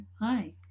Hi